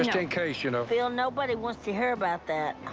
just in case, you know. phil, nobody wants to hear about that.